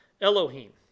Elohim